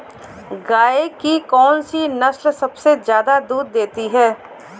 गाय की कौनसी नस्ल सबसे ज्यादा दूध देती है?